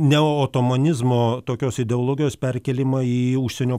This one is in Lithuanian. neotomonizmo tokios ideologijos perkėlimą į užsienio